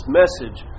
message